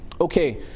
Okay